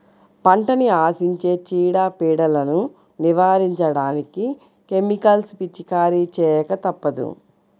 పంటని ఆశించే చీడ, పీడలను నివారించడానికి కెమికల్స్ పిచికారీ చేయక తప్పదు